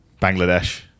Bangladesh